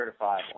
certifiable